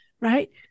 Right